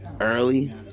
early